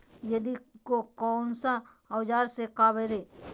आदि को कौन सा औजार से काबरे?